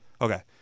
Okay